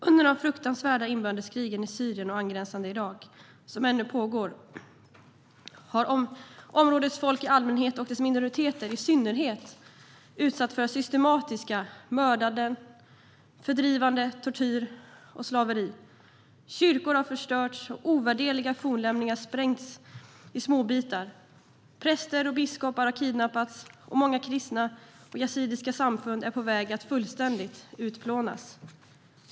Under de fruktansvärda inbördeskrig som ännu pågår i Syrien och angränsande Irak har områdets folk i allmänhet, och dess minoriteter i synnerhet, systematiskt utsatts för mördande, fördrivande, tortyr och slaveri. Kyrkor har förstörts. Ovärderliga fornlämningar har sprängts i småbitar. Präster och biskopar har kidnappats. Många kristna och yazidiska samfund är på väg att fullständigt utplånas.